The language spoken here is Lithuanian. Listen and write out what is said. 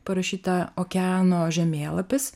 parašyta okeano žemėlapis